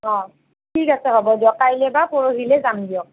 অ ঠিক আছে হ'ব দিয়ক কাইলৈ বা পৰহিলৈ যাম দিয়ক